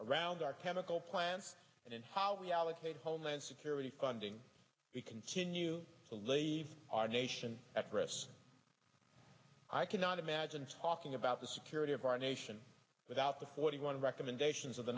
around our chemical plants and in how we allocate homeland security funding we continue to leave our nation at risk i cannot imagine talking about the security of our nation without the forty one recommendations of the